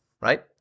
right